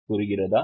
புரிகிறதா